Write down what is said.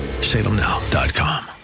salemnow.com